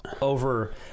over